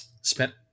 spent